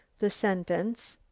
the sentence,